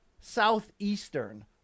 Southeastern